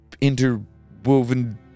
interwoven